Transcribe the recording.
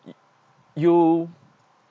you